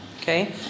Okay